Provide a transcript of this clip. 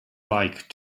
like